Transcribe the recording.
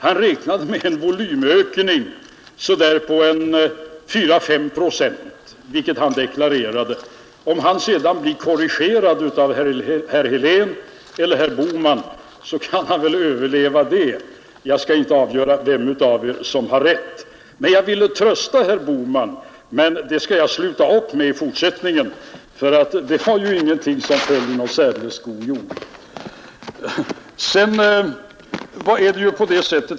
Han räknade med en volymökning på 4—5 procent, vilket han deklarerade. Om han sedan blir korrigerad av herr Helén eller herr Bohman kan han väl överleva det. Jag skall inte avgöra vem av er som har rätt. Jag ville trösta herr Bohman, men det skall jag sluta upp med i fortsättningen, för det föll inte i särdeles god jord.